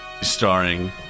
Starring